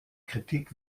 kritik